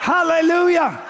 Hallelujah